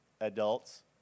adults